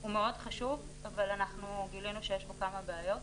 הוא מאוד חשוב אבל אנחנו גילינו שיש בו כמה בעיות.